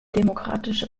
demokratische